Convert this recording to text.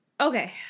Okay